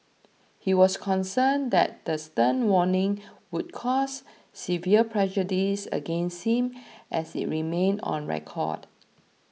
he was concerned that the stern warning would cause severe prejudice against him as it remained on record